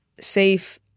safe